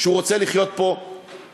שהוא רוצה לחיות פה לצדנו.